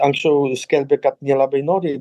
anksčiau jie skelbė kad nelabai nori